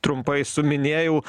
trumpai suminėjau